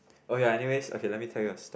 okay anyways let me tell you a story